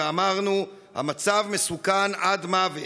ואמרנו: המצב מסוכן עד מוות.